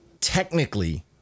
technically